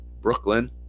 Brooklyn